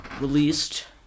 released